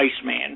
Iceman